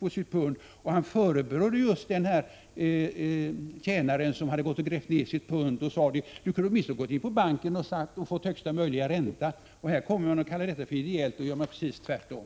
Jesus förebrådde således den tjänare som hade gått och grävt ned sitt pund, och sade: Du kunde åtminstone ha gått in på banken och då fått ränta. Här kallar man det för ideellt att avstå från räntan och då gör man precis tvärtom.